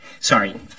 Sorry